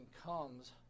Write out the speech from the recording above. comes